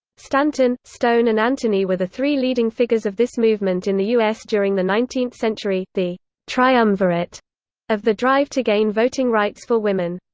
stanton, stone and anthony were the three leading figures of this movement in the u s. during the nineteenth century the triumvirate of the drive to gain voting rights for women.